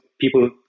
people